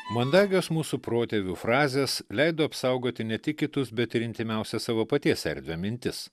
mandagios mūsų protėvių frazės leido apsaugoti ne tik kitus bet ir intymiausią savo paties erdvę mintis